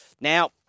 Now